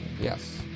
yes